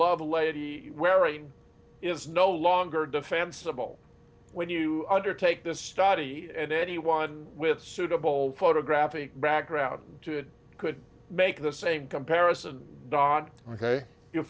lovelady wearing is no longer defensible when you undertake the study and anyone with suitable photographic background to it could make the same comparison don ok you'll